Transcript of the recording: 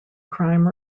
crime